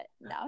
no